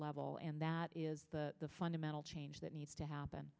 level and that is the fundamental change that needs to happen